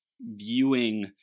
viewing